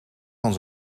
van